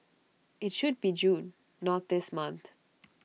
IT should be June not this month